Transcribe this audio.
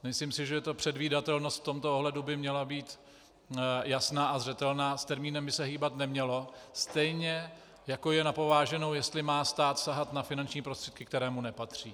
Myslím si, že předvídatelnost v tomto ohledu by měla být jasná a zřetelná, s termínem by se hýbat nemělo, stejně jako je na pováženou, jestli má stát sahat na finanční prostředky, které mu nepatří.